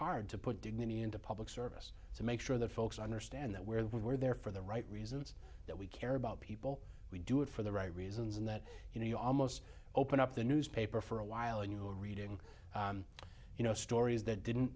hard to put dignity into public service to make sure that folks understand that we're we're there for the right reasons that we care about people we do it for the right reasons and that you know you almost open up the newspaper for a while and you know reading you know stories that didn't